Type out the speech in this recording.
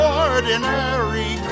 ordinary